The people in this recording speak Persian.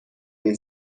این